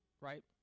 right